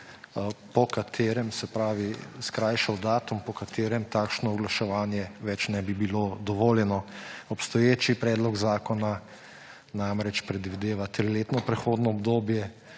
obdobje, se pravi skrajšal datum, po katerem takšno oglaševanje ne bi bilo več dovoljeno. Obstoječi predlog zakona namreč predvideva triletno prehodno obdobje.